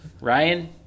Ryan